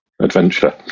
adventure